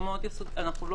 אנחנו לא